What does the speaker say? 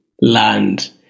land